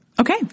Okay